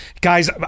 Guys